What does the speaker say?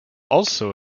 also